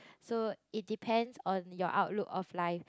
so it depends on your outlook of life